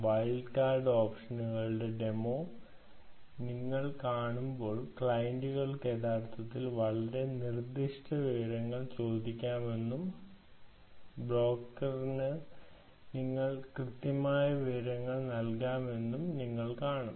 wild card ഓപ്ഷനുകളുടെ demo ഞങ്ങൾ കാണുമ്പോൾ ക്ലയന്റുകൾക്ക് യഥാർത്ഥത്തിൽ വളരെ നിർദ്ദിഷ്ട വിവരങ്ങൾ ചോദിക്കാമെന്നും ബ്രോക്കറിന് നിങ്ങൾക്ക് കൃത്യമായ വിവരങ്ങൾ നൽകാമെന്നും നിങ്ങൾ കാണും